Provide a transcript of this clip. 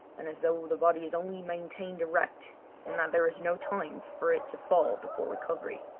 and as though the body is only maintained erect in that there is no time for it to fall before recovery.